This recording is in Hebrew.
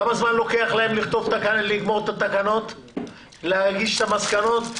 כמה זמן לוקח להם לסיים את התקנות ולהגיש את המסקנות?